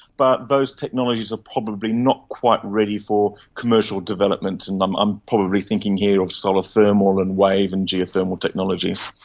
but those technologies are probably not quite ready for commercial development, and i'm i'm probably thinking here of solar thermal and wave and geothermal technologies.